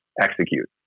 execute